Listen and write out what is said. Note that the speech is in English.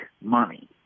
money